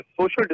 social